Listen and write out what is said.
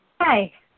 Hi